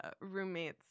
roommates